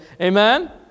Amen